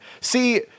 see